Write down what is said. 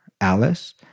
Alice